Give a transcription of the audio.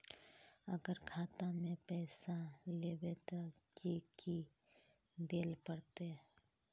अगर खाता में पैसा लेबे ते की की देल पड़ते?